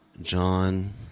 John